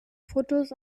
fotos